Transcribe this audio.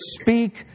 speak